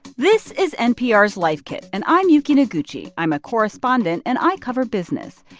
this is npr's life kit and i'm yuki noguchi. i'm a correspondent and i cover business.